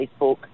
Facebook